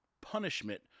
punishment